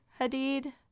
Hadid